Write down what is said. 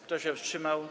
Kto się wstrzymał?